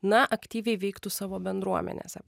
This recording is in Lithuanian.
na aktyviai veiktų savo bendruomenėse